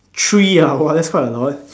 three ah !wah! that's quite a lot